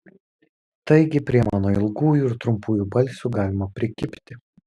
taigi prie mano ilgųjų ir trumpųjų balsių galima prikibti